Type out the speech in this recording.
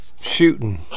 shooting